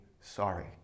sorry